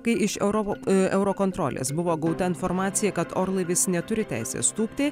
kai iš euro euro kontrolės buvo gauta informacija kad orlaivis neturi teisės tūpti